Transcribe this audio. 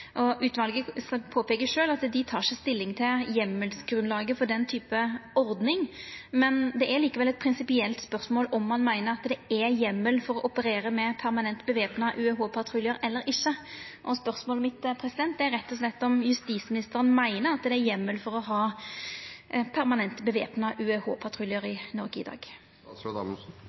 påpeiker sjølv at dei ikkje tek stilling til heimelsgrunnlaget for den typen ordning, men det er eit prinsipielt spørsmål om ein meiner det er heimel for å operera med permanent væpna UEH-patruljar eller ikkje, og spørsmålet mitt er rett og slett om justisministeren meiner at det er heimel for å ha permanent væpna UEH-patruljar i Noreg i